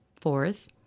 Fourth